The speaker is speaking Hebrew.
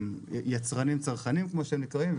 יצרנים צרכנים כמו שהם נקראים,